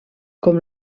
com